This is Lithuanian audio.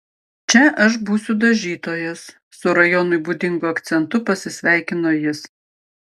čia aš būsiu dažytojas su rajonui būdingu akcentu pasisveikino jis